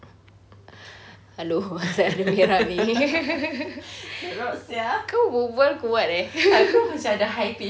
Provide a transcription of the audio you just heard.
hello what's up who can help me kau berbual kuat